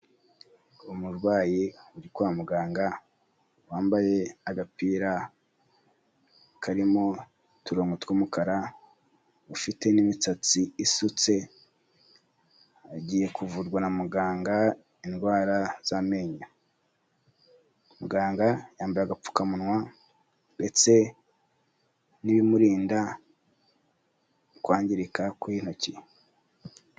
Umurwayi uri kwa muganga, wambaye agapira karimo uturongo tw'umukara, ufite n'imisatsi isutse, agiye kuvurwa na muganga indwara z'amenyo. Muganga yambaye agapfukamunwa ndetse n'ibimurinda kwangirika kw'intoki.